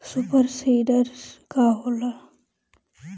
Super seeder का होला?